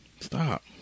Stop